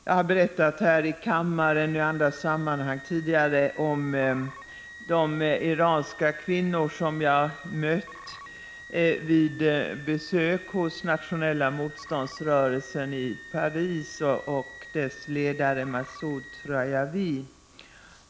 Jag har tidigare här i kammaren och i andra sammanhang berättat om de iranska kvinnor som jag mött vid besök hos Nationella Motståndsrörelsen i Paris och dess ledare Massaud Rahjavi.